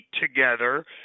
together